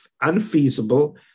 unfeasible